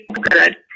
good